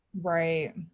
Right